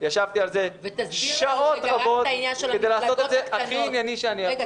ישבתי שעות רבות כדי לעשות את זה הכי ענייני שאני יכול.